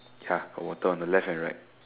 ya got water on the left and right